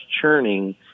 churning